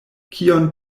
kion